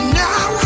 now